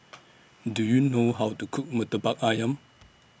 Do YOU know How to Cook Murtabak Ayam